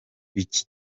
icyi